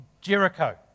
Jericho